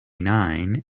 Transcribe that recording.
nine